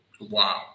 Wow